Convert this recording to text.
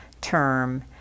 term